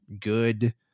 good